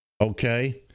okay